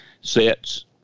sets